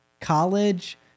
college